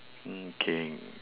mm K